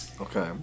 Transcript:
Okay